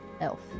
elf